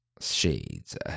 shades